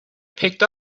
picked